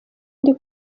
ndi